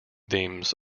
themes